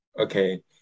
okay